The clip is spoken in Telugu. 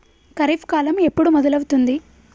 ఖరీఫ్ కాలం ఎప్పుడు మొదలవుతుంది?